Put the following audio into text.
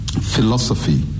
philosophy